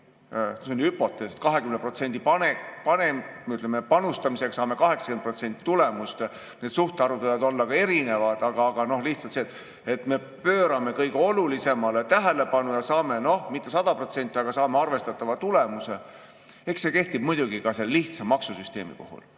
see on hüpotees –, et 20% panustamisega saame 80% tulemust. Need suhtarvud võivad olla ka erinevad, aga lihtsalt see, et tuleb pöörata tähelepanu kõige olulisemale, ja siis me saame, noh, mitte 100%, aga saame arvestatava tulemuse. Eks see kehtib muidugi ka selle lihtsa maksusüsteemi puhul.